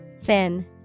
Thin